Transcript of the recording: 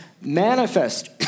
manifest